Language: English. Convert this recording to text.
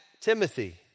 Timothy